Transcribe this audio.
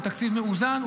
הוא תקציב מאוזן,